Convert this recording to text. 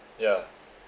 ya